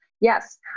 yes